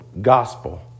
gospel